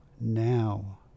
now